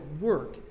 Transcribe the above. work